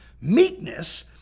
meekness